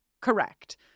correct